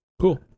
Cool